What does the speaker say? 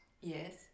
Yes